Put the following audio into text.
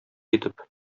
итеп